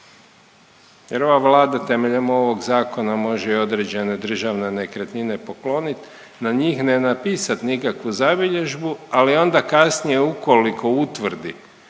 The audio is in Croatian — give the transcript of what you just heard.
Jer ova Vlada temeljem ovog zakona može i određene državne nekretnine poklonit na njih ne napisat nikakvu zabilježbu, ali onda kasnije ukoliko utvrdi